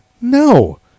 no